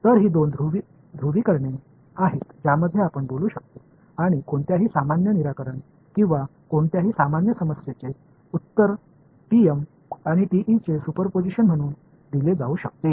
तर ही दोन ध्रुवीकरणे आहेत ज्याबद्दल आपण बोलू शकतो आणि कोणत्याही सामान्य निराकरण किंवा कोणत्याही सामान्य समस्येचे उत्तर टीएम आणि टीईचे सुपरपोजिशन म्हणून दिले जाऊ शकते